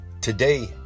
Today